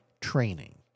training